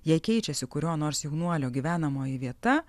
jei keičiasi kurio nors jaunuolio gyvenamoji vieta